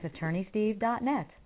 attorneysteve.net